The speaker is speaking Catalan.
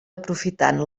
aprofitant